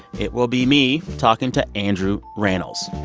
it will be me talking to andrew rannells.